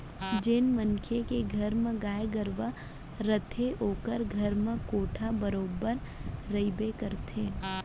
जेन मनसे के घर म गाय गरूवा रथे ओकर घर म कोंढ़ा बरोबर रइबे करथे